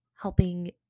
helping